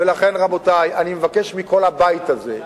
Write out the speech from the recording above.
ולכן אני מבקש מכל הבית הזה,